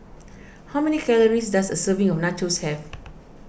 how many calories does a serving of Nachos have